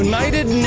United